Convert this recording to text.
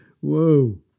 Whoa